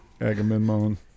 Agamemnon